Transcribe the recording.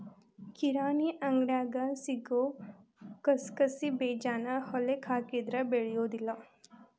ಕಿರಾಣಿ ಅಂಗಡ್ಯಾಗ ಸಿಗು ಕಸಕಸಿಬೇಜಾನ ಹೊಲಕ್ಕ ಹಾಕಿದ್ರ ಬೆಳಿಯುದಿಲ್ಲಾ